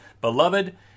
Beloved